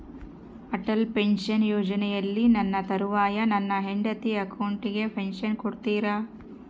Atal pension ಯೋಜನೆಯಲ್ಲಿ ನನ್ನ ತರುವಾಯ ನನ್ನ ಹೆಂಡತಿ ಅಕೌಂಟಿಗೆ ಪೆನ್ಶನ್ ಕೊಡ್ತೇರಾ?